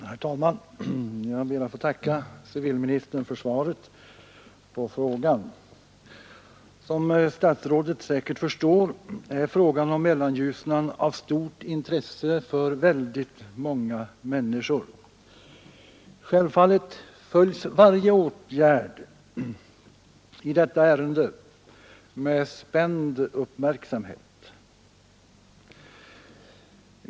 Herr talman! Jag ber att få tacka civilministern för svaret på frågan. Som statsrådet säkerligen förstår är frågan om Mellanljusnan av stort intresse för många, många människor. Självfallet följs varje åtgärd i detta ärende med spänd uppmärksamhet.